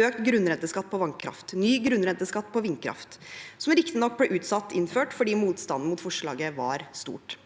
økt grunnrenteskatt på vannkraft og ny grunnrenteskatt på vindkraft, som riktignok ble utsatt innført fordi motstanden mot forslaget var stor.